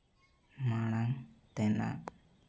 ᱢᱟᱲᱟᱝ ᱛᱮᱱᱟᱜ